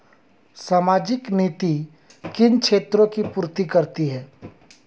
सामाजिक नीति किन क्षेत्रों की पूर्ति करती है?